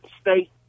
State